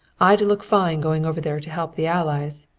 i'd look fine going over there to help the allies,